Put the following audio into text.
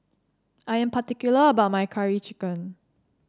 I am particular about my Curry Chicken